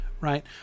right